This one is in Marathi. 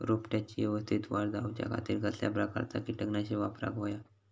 रोपट्याची यवस्तित वाढ जाऊच्या खातीर कसल्या प्रकारचा किटकनाशक वापराक होया?